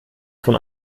von